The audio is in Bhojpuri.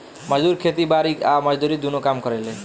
मजदूर खेती बारी आ मजदूरी दुनो काम करेले